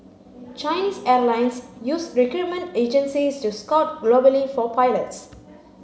Chinese airlines use recruitment agencies to scout globally for pilots